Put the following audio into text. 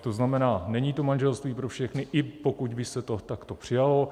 To znamená, není to manželství pro všechny, i pokud by se to takto přijalo.